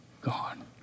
gone